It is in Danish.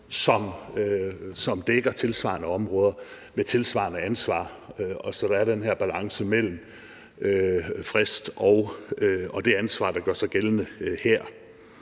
som dækker tilsvarende områder med tilsvarende ansvar, og så der er den her balance mellem frist og det ansvar, der gør sig gældende her.